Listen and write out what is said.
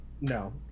No